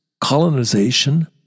colonization